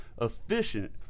efficient